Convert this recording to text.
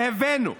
והבאנו: